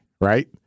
right